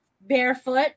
barefoot